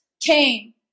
came